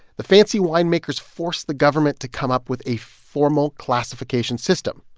the fancy winemakers forced the government to come up with a formal classification system.